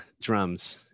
drums